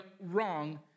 wrong